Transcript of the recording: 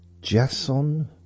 Jason